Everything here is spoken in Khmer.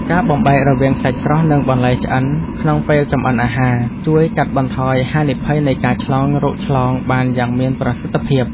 ការបំបែករវាងសាច់ស្រស់និងបន្លែឆ្អិនក្នុងពេលចម្អិនអាហារ ជួយកាត់បន្ថយហានិភ័យនៃការឆ្លងរោគឆ្លងបានយ៉ាងមានប្រសិទ្ធភាព។